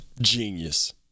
genius